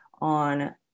on